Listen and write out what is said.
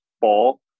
ball